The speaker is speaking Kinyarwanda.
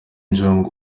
jong